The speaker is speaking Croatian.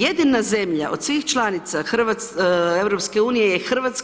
Jedina zemlja od svih članica EU je RH